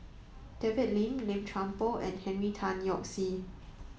David Lim Lim Chuan Poh and Henry Tan Yoke See